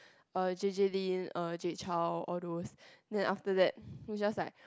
uh J J Lin uh Jay Chou all those then after that we just like